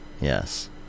Yes